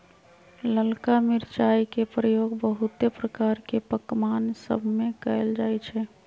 ललका मिरचाई के प्रयोग बहुते प्रकार के पकमान सभमें कएल जाइ छइ